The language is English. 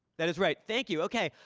that is right? thank you. ok.